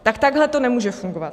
Tak takhle to nemůže fungovat.